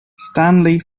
stanley